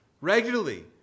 regularly